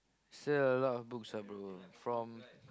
still a lot of books ah bro from